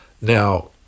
Now